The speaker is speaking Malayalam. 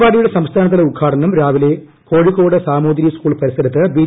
പരിപാടിയുടെ സംസ്ഥാനതല ഉദ്ഘാടനം രാവിലെ കോഴിക്കോട് സാമൂതിരി സ്കൂൾ പരിസരത്ത് ബി